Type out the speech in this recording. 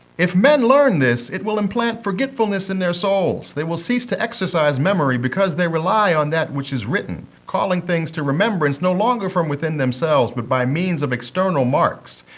if men learn this, it will implant forgetfulness in their souls they will cease to exercise memory because they rely on that which is written, calling things to remembrance no longer from within themselves, but by means of external marks.